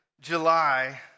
July